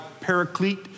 paraclete